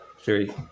three